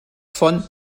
von